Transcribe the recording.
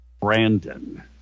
Brandon